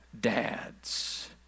dads